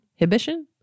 Hibition